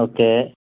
okay